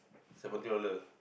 seventy dollar